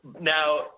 Now